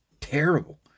terrible